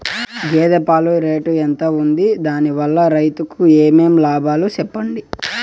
గేదె పాలు రేటు ఎంత వుంది? దాని వల్ల రైతుకు ఏమేం లాభాలు సెప్పండి?